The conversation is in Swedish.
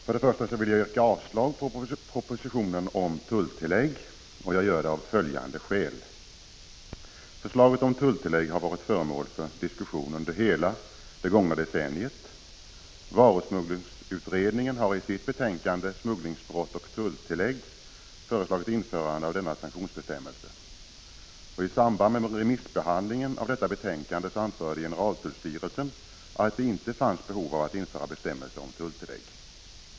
Herr talman! Först vill jag yrka avslag på propositionen om tulltillägg. Jag gör det av följande skäl. Förslaget om tulltillägg har varit föremål för diskussion under hela det gångna decenniet. Varusmugglingsutredningen har i sitt betänkande, Smugglingsbrott och tulltillägg, föreslagit införande av denna sanktionsbestämmelse. I samband med remissbehandlingen av detta betänkande anförde generaltullstyrelsen att det inte fanns behov av att införa bestämmelser om tulltillägg.